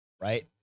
right